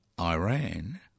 Iran